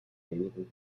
wenigen